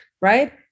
right